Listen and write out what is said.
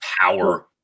Power